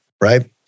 right